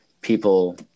people